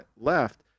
left